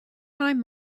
time